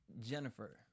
Jennifer